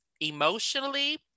emotionally